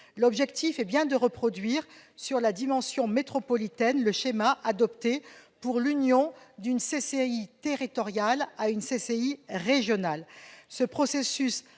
L'objectif est de reproduire, sur la dimension métropolitaine, le schéma adopté pour l'union d'une CCI territoriale à la CCI régionale.